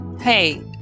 Hey